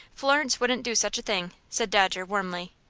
florence wouldn't do such a thing, said dodger, warmly.